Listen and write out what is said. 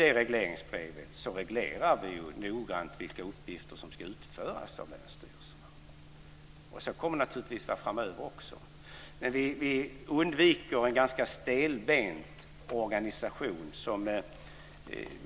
I regleringsbrevet reglerar vi noga vilka uppgifter som ska utföras av länsstyrelserna. Så kommer det naturligtvis att vara också framöver. Vi undviker alltså en ganska stelbent organisation.